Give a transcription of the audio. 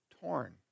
torn